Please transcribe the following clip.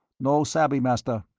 no sabby, master,